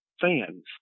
fans